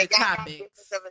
topics